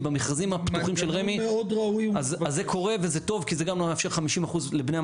מיליון אז היא תהיה 3,000 יש משהו שהוא אינהרנטי בזה שאתה מכיר את